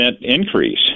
increase